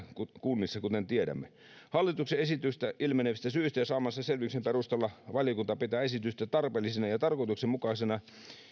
kunnissa kuten tiedämme hallituksen esityksestä ilmenevistä syistä ja saamansa selvityksen perusteella valiokunta pitää esitystä tarpeellisena ja tarkoituksenmukaisena